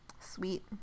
sweet